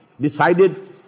decided